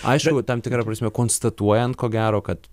aišku tam tikra prasme konstatuojant ko gero kad